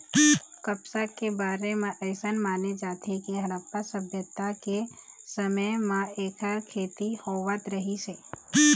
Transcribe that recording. कपसा के बारे म अइसन माने जाथे के हड़प्पा सभ्यता के समे म एखर खेती होवत रहिस हे